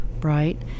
right